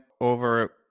over